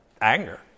anger